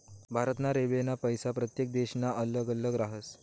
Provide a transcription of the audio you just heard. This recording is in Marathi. भारत ना रेल्वेना पैसा प्रत्येक देशना अल्लग अल्लग राहस